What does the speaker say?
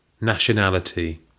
Nationality